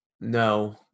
No